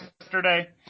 yesterday